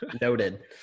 noted